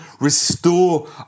Restore